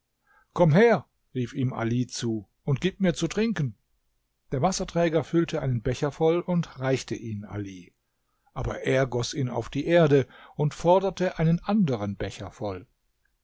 komm her rief ihm ali zu und gib mir zu trinken der wasserträger füllte einen becher voll und reichte ihn ali aber er goß ihn auf die erde und forderte einen anderen becher voll